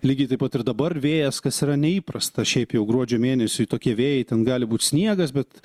lygiai taip pat ir dabar vėjas kas yra neįprasta šiaip jau gruodžio mėnesiui tokie vėjai ten gali būt sniegas bet